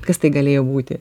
kas tai galėjo būti